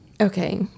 Okay